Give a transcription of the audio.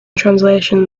translation